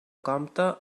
compte